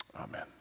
amen